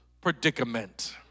predicament